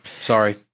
Sorry